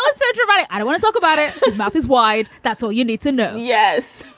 ah so dramatic i want to talk about it. his mouth is wide. that's all you need to know. yes,